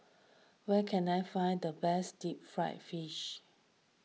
where can I find the best Deep Fried Fish